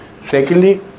Secondly